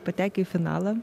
patekę į finalą